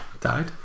died